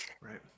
Right